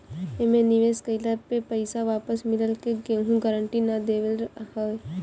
एमे निवेश कइला पे पईसा वापस मिलला के केहू गारंटी ना देवत हअ